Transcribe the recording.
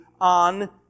on